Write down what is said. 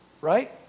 Right